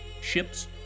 Ships